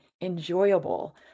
enjoyable